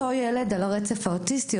אותו ילד על הרצף אוטיסטי,